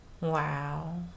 Wow